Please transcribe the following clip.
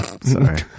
Sorry